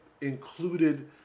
included